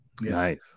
Nice